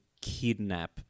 kidnap